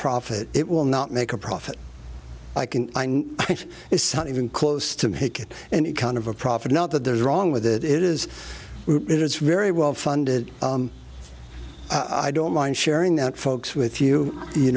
nonprofit it will not make a profit i can it's not even close to make it any kind of a profit not that there's wrong with it it is it is very well funded i don't mind sharing that folks with you you